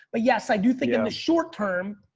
but yes i do think in the short term,